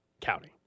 County